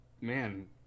Man